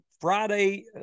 Friday